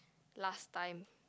last time